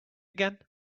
again